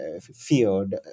field